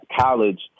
college